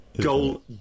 goal